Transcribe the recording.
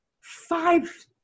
five